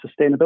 sustainability